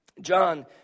John